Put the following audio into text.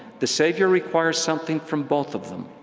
the savior requires something from both of them.